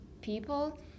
people